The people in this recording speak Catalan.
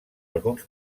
alguns